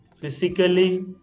physically